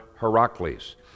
Heracles